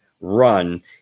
run